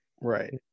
right